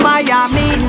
Miami